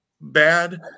bad